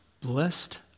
Blessed